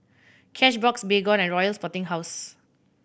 Cashbox Baygon and Royal Sporting House